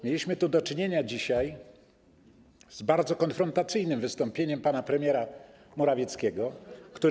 Mieliśmy tu do czynienia dzisiaj z bardzo konfrontacyjnym wystąpieniem pana premiera Morawieckiego, który.